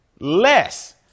Less